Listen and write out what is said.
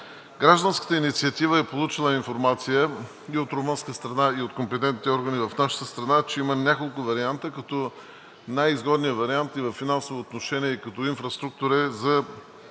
Гражданската инициатива е получила информация и от румънска страна, и от компетентните органи в нашата страна, че има няколко варианта, като най-изгодният вариант и във финансово отношение, и като инфраструктура е